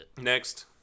Next